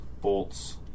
Bolts